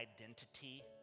identity